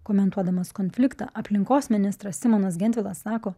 komentuodamas konfliktą aplinkos ministras simonas gentvilas sako